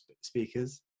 speakers